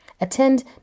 Attend